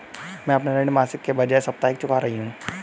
मैं अपना ऋण मासिक के बजाय साप्ताहिक चुका रही हूँ